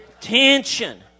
Tension